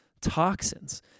toxins